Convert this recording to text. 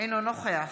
אינו נוכח